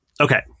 Okay